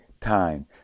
time